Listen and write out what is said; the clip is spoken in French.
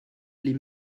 les